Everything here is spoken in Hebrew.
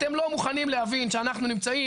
אתם לא מוכנים להבין שאנחנו נמצאים,